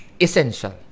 essential